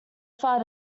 far